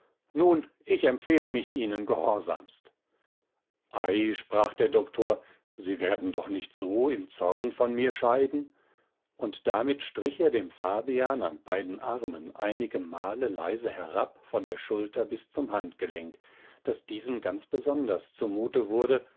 nun ich empfehle mich ihnen gehorsamst ei sprach der doktor sie werden doch nicht so im zorn von mir scheiden und damit strich er dem fabian an beiden armen einige male leise herab von der schulter bis zum handgelenk daß diesem ganz besonders zumute wurde